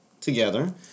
together